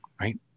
right